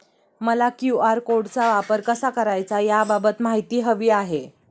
मला क्यू.आर कोडचा वापर कसा करायचा याबाबत माहिती हवी आहे